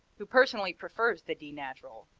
who personally prefers the d natural,